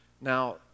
Now